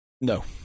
No